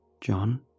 John